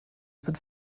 sind